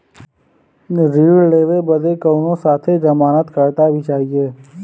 ऋण लेवे बदे कउनो साथे जमानत करता भी चहिए?